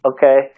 Okay